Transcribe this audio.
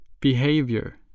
Behavior